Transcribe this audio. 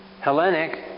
Hellenic